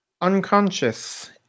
unconscious